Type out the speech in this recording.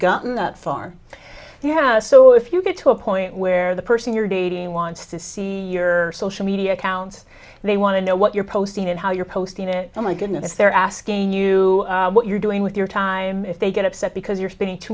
gotten that far you have so if you get to a point where the person you're dating wants to see your social media accounts they want to know what you're posting and how you're posting it oh my goodness they're asking you what you're doing with your time if they get upset because you're spending too